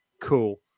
cool